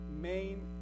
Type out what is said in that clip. main